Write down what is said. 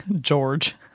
George